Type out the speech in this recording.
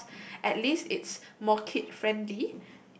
because at least it's more kid friendly